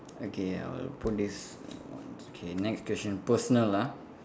okay I will put this on okay next question personal ah